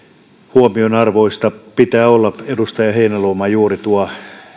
huomionarvoista pitää olla edustaja heinäluoma juuri tuon